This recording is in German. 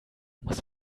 muss